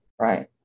right